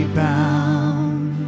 bound